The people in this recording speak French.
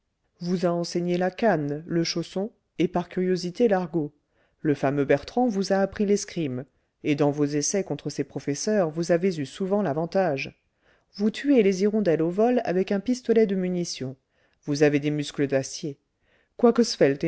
vous a enseigné la canne le chausson et par curiosité l'argot le fameux bertrand vous a appris l'escrime et dans vos essais contre ces professeurs vous avez eu souvent l'avantage vous tuez les hirondelles au vol avec un pistolet de munition vous avez des muscles d'acier quoique